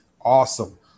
Awesome